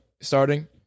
starting